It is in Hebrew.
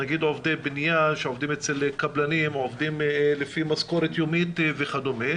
נגיד עובדי בנייה שעובדים אצל קבלנים או עובדים לפי משכורת יומית וכדומה